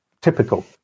typical